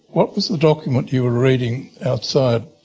what was the document you were reading outside